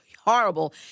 horrible